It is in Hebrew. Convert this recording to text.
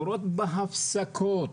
קורות בהפסקות.